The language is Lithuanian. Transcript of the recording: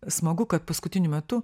smagu kad paskutiniu metu